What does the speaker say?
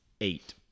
eight